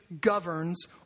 governs